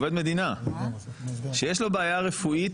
עובד מדינה שיש לו בעיה רפואית,